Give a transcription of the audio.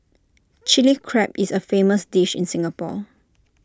Chilli Crab is A famous dish in Singapore